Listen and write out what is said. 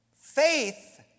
Faith